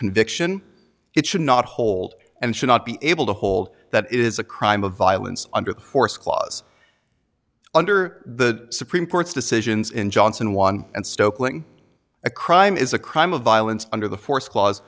conviction it should not hold and should not be able to hold that is a crime of violence under the force clause under the supreme court's decisions in johnson one and stokely a crime is a crime of violence under the force cla